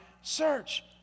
search